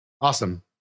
Awesome